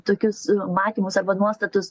tokius matymus arba nuostatus